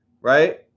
right